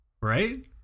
right